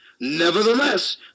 Nevertheless